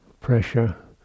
pressure